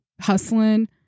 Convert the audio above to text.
hustling